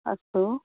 अस्तु